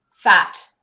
fat